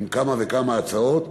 עם כמה וכמה הצעות.